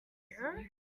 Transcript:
here